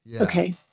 Okay